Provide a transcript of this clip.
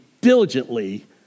diligently